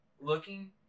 looking